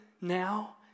now